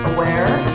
Aware